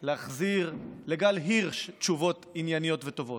להחזיר לגל הירש תשובות ענייניות וטובות,